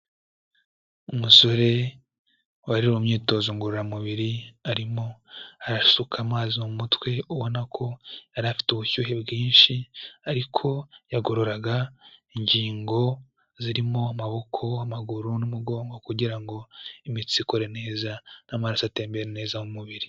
Umusore wari mu myitozo ngororamubiri, arimo arasuka amazi mu mutwe ubona ko, yari afite ubushyuhe bwinshi, ariko yagororaga ingingo zirimo amaboko, amaguru, n'umugongo, kugira ngo imitsi ikore neza n'amaraso atembera neza mu mubiri.